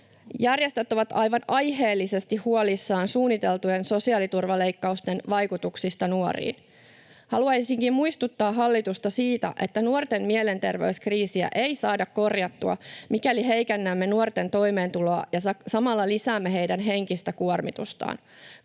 Järjestöt ovat aivan aiheellisesti huolissaan suunniteltujen sosiaaliturvaleikkausten vaikutuksista nuoriin. Haluaisinkin muistuttaa hallitusta siitä, että nuorten mielenterveyskriisiä ei saada korjattua, mikäli heikennämme nuorten toimeentuloa ja samalla lisäämme heidän henkistä kuormitustaan.